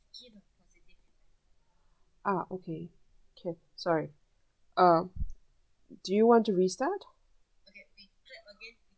ah okay can sorry uh do you want to restart